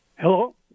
Hello